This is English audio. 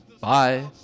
Bye